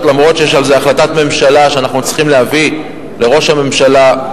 אף-על-פי שיש על זה החלטת ממשלה שאנחנו צריכים להביא לראש הממשלה,